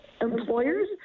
employers